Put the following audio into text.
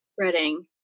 Spreading